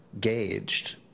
gauged